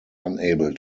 unable